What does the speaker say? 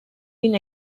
been